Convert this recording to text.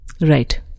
right